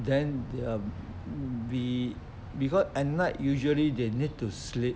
then they'll be because at night usually they need to sleep